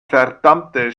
verdammte